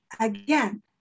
Again